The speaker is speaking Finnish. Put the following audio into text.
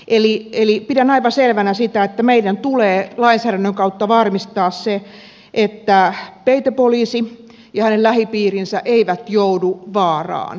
eli pidän aivan selvänä sitä että meidän tulee lainsäädännön kautta varmistaa se että peitepoliisi ja hänen lähipiirinsä eivät joudu vaaraan